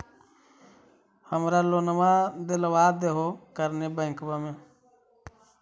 हमरा लोनवा देलवा देहो करने बैंकवा से?